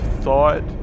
thought